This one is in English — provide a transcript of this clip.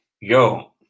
Yo